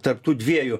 tarp tų dviejų